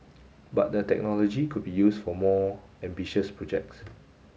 but the technology could be used for more ambitious projects